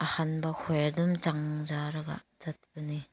ꯑꯍꯥꯟꯕ ꯈꯣꯏ ꯑꯗꯨꯝ ꯆꯪꯖꯔꯒ ꯆꯠꯄꯅꯦ